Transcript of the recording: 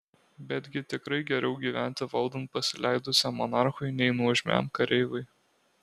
betgi tikrai geriau gyventi valdant pasileidusiam monarchui nei nuožmiam kareivai